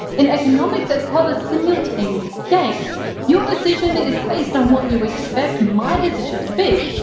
in economics it's called a simultaneous game your decision is based on what you expect my decision to be.